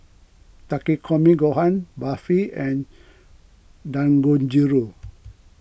Takikomi Gohan Barfi and Dangojiru